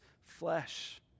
flesh